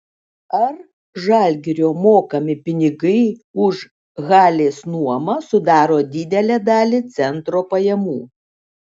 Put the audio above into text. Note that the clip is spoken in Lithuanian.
ar žalgirio mokami pinigai už halės nuomą sudaro didelę dalį centro pajamų